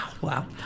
wow